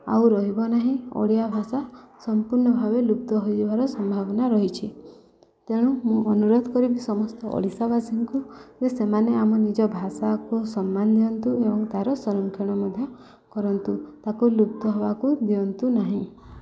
ଆଉ ରହିବ ନାହିଁ ଓଡ଼ିଆ ଭାଷା ସମ୍ପୂର୍ଣ୍ଣ ଭାବେ ଲୁପ୍ତ ହୋଇଯିବାର ସମ୍ଭାବନା ରହିଛି ତେଣୁ ମୁଁ ଅନୁରୋଧ କରିବି ସମସ୍ତ ଓଡ଼ିଶାବାସୀଙ୍କୁ ଯେ ସେମାନେ ଆମ ନିଜ ଭାଷାକୁ ସମ୍ମାନ ଦିଅନ୍ତୁ ଏବଂ ତାର ସଂରକ୍ଷଣ ମଧ୍ୟ କରନ୍ତୁ ତାକୁ ଲୁପ୍ତ ହବାକୁ ଦିଅନ୍ତୁ ନାହିଁ